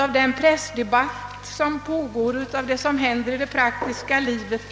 Av den pressdebatt som pågår och av det som händer i det praktiska livet